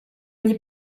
gli